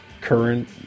current